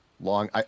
long